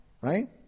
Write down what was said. right